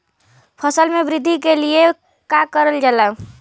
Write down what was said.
फसल मे वृद्धि के लिए का करल जाला?